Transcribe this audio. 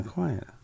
Quiet